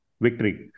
victory